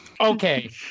Okay